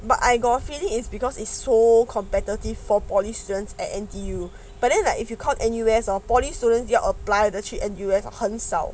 but I got a feeling is because it's so competitive for polytechnic students at N_T_U but then like if you come N_U_S hor polytechnic students you apply to N_U_S 很少